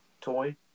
toy